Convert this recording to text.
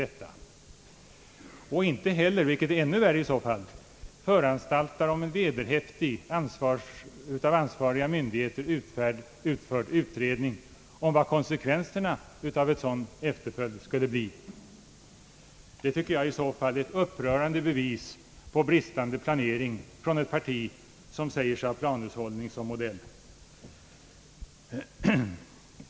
Vidare, vilket i så fall är ännu värre, att man inte föranstaltade om en vederhäftig av ansvariga myndigheter utförd utredning om vad konsekvenserna av en sådan efterföljd skulle bli. Det tycker jag i så fall är ett upprörande bevis på bristande planering av ett parti som säger sig ha planhushållning som modell.